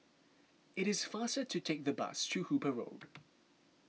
it is faster to take the bus to Hooper Road